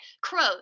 crows